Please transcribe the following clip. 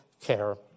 care